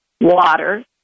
water